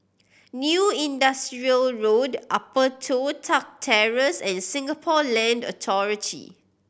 New Industrial Road Upper Toh Tuck Terrace and Singapore Land Authority